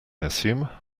assume